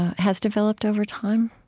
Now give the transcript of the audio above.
ah has developed over time?